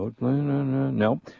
No